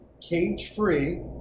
cage-free